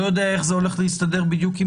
אני לא יודע איך זה הולך להסתדר בדיוק עם